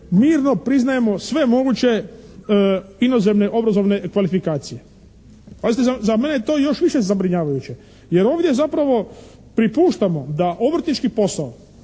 mirno priznajemo sve moguće inozemne obrazovne kvalifikacije. Pazite, za mene je to još više zabrinjavajuće jer ovdje zapravo prepuštamo da obrtnički posao